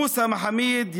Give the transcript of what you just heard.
מוסא מחאמיד,